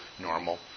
normal